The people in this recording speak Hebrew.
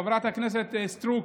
חברת הכנסת סטרוק,